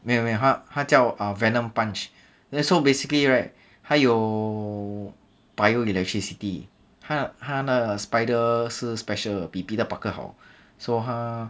没有没有他他叫 uh venom punch there so basically right 他有 bio electricity 他的他的 spider 是 special 比 peter parker 的好 so 他